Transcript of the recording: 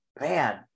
man